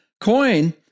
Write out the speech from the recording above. coin